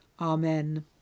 Amen